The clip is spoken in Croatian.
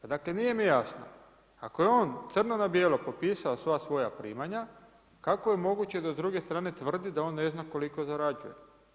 Dakle nije mi jasno crno na bijelo popisao sva svoja primanja, kako je moguće da s druge strane tvrdi da on ne zna koliko zarađuje?